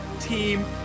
team